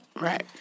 right